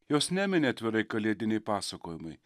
jos nemini atvirai kalėdiniai pasakojimai